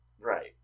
Right